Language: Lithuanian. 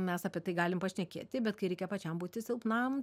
mes apie tai galim pašnekėti bet kai reikia pačiam būti silpnam